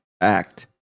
act